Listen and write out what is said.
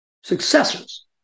successors